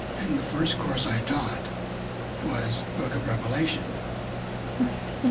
and the first course i taught was the book of revelation right.